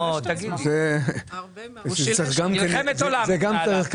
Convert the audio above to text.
מלחמת עולם.